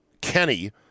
Kenny –